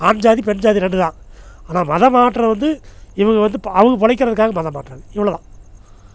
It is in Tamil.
ஆன் ஜாதி பெண்ஜாதி ரெண்டு தான் ஆனா மதம் மாற்றம் வந்து இவங்க வந்து அவங்க பிழைக்கிறதுக்காக மதம் மாறுறாங்க இவ்வளோ தான்